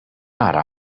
ara